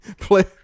play